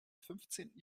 fünfzehnten